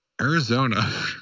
Arizona